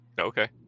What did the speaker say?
Okay